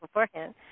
beforehand